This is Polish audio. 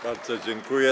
Bardzo dziękuję.